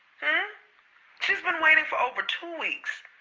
ah she's been waiting for over two weeks.